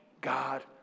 God